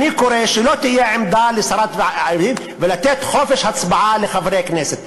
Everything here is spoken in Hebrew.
אני קורא שלא תהיה עמדה לוועדת השרים ולתת חופש הצבעה לחברי הכנסת.